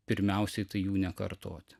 pirmiausiai tai jų nekartoti